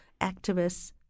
activists